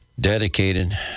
dedicated